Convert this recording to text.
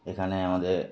এখানে আমাদের